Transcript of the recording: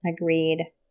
agreed